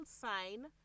sign